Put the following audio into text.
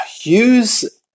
use